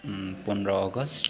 पन्ध्र अगस्ट